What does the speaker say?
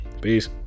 Peace